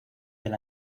del